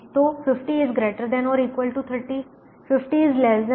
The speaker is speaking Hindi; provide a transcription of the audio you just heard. तो 50 ≥ 30 50 ≤ 50